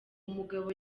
mugabo